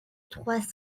trois